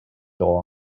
door